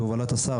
בהובלת השר,